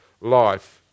life